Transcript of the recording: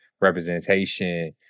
representation